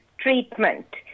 treatment